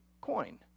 coin